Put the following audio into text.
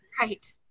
right